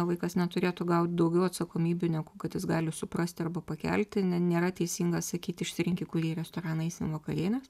vaikas neturėtų gaut daugiau atsakomybių negu kad jis gali suprasti arba pakelti nėra teisinga sakyti išsirink į kurį restoraną eisim vakarienės